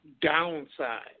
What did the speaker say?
downside